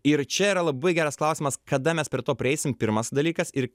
ir čia yra labai geras klausimas kada mes prie to prieisim pirmas dalykas ir